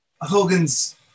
Hogan's